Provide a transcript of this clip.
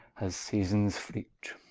as seasons fleet.